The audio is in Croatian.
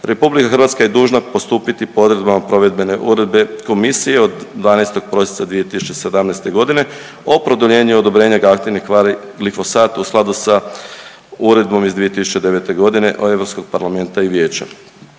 većinom RH je dužna postupiti po odredbama Provedbene uredbe komisije od 12. prosinca 2017. godine o produljenju odobrenja aktivnih tvari glifosat u skladu sa uredbom iz 2009. godine o Europskog parlamenta i vijeća.